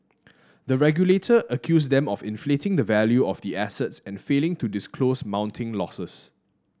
the regulator accused them of inflating the value of the assets and failing to disclose mounting losses